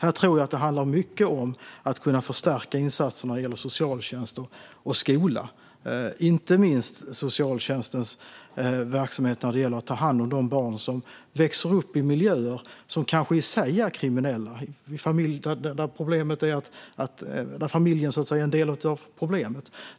Här tror jag att det handlar mycket om att förstärka insatserna inom socialtjänsten och skolan - inte minst socialtjänstens verksamhet när det gäller att ta hand om de barn som växer upp i miljöer som kanske i sig är kriminella, där familjen så att säga är en del av problemet.